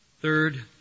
Third